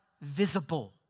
visible